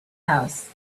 house